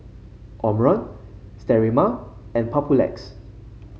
Omron Sterimar and Papulex